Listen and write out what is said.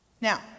Now